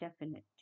definite